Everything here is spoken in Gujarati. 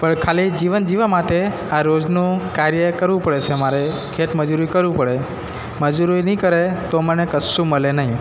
પણ ખાલી જીવન જીવવા માટે આ રોજનું કાર્ય કરવું પડે છે અમારે ખેતમજૂરી કરવું પડે મજૂરી નહીં કરે તો મને કશું મળે નહીં